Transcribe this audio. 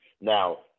Now